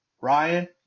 Ryan